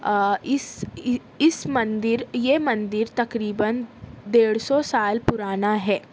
اس اس مندر یہ مندر تقریباً ڈیڑھ سو سال پرانا ہے